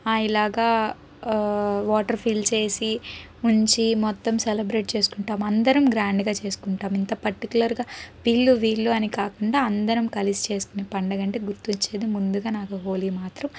ఇలాగ water fill చేసి ఉంచి మొత్తం సెలబ్రేట్ చేసుకుంటాం అందరం గ్రాండ్గా చేసుకుంటాం ఇంత పర్టికులర్గా వీళ్ళు వీళ్ళు అని కాకుండా అందరం కలిసి చేసుకునే పండుగ అంటే గుర్తు వచ్చేది ముందుగా నాకు హోలీ మాత్రం